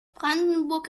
brandenburg